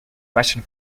russian